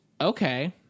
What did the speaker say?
okay